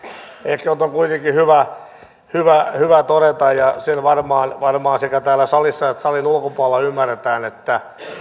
ehkä on kuitenkin hyvä todeta ja se varmaan sekä täällä salissa että salin ulkopuolella ymmärretään että